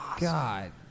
God